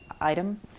item